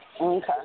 Okay